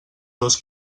dos